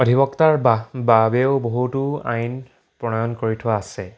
অধিবক্তাৰ বাবেেও বহুতো আইন প্ৰণয়ন কৰি থোৱা আছে